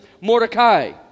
Mordecai